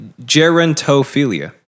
Gerontophilia